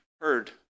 heard